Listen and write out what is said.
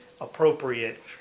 appropriate